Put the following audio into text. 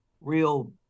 real